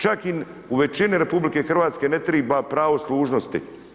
Čak i u većini RH ne treba pravo služnosti.